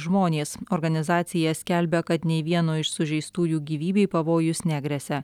žmonės organizacija skelbia kad nei vieno iš sužeistųjų gyvybei pavojus negresia